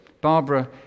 Barbara